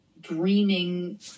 dreaming